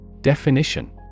Definition